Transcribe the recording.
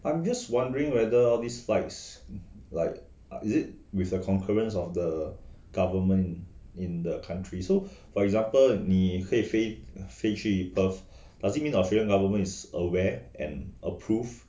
I'm just wondering whether these flights like is it with a concurrence of the government in the country so for example 你会飞飞去 perth does it mean australia government is aware and approve